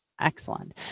Excellent